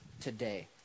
today